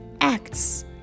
acts